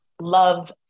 love